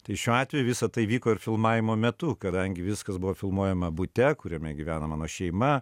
tai šiuo atveju visa tai vyko ir filmavimo metu kadangi viskas buvo filmuojama bute kuriame gyvena mano šeima